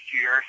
year